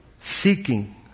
Seeking